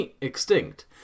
extinct